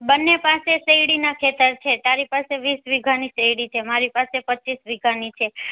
બંને પાસે શેરડીના ખેતર છે તારી પાસે વીસ વીઘાની શેરડી છે મારી પાસે પચીસ વીઘાની છે